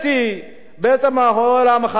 בעצם אוהל המחאה הוקם